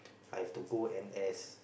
I have to go N_S